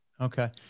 Okay